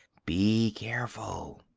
be careful.